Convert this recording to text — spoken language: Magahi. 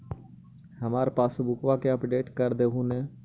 हमार पासबुकवा के अपडेट कर देहु ने?